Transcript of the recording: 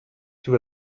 tout